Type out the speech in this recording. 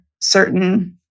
certain